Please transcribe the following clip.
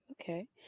okay